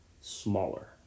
smaller